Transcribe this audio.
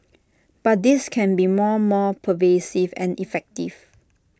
but this can be more more pervasive and effective